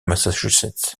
massachusetts